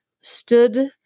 stood